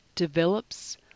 develops